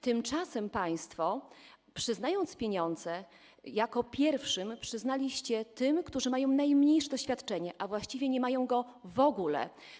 Tymczasem państwo pieniądze jako pierwszym przyznaliście tym, którzy mają najmniejsze doświadczenie, a właściwie nie mają go w ogóle.